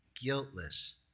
guiltless